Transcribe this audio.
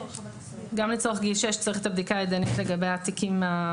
גם לצורך גיל שש צריך את הבדיקה הידנית לגבי התיקים.